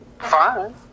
fine